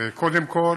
קודם כול,